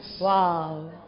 Wow